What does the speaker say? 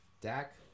Dak